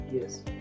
Yes